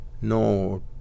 No